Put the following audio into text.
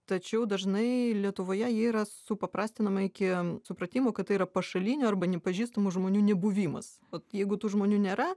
tačiau dažnai lietuvoje ji yra supaprastinama iki supratimo kad tai yra pašalinių arba nepažįstamų žmonių nebuvimas vat jeigu tų žmonių nėra